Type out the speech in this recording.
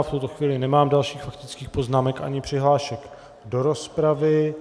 V tuto chvíli nemám dalších faktických poznámek ani přihlášek do rozpravy.